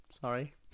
Sorry